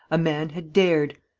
a man had dared!